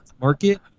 market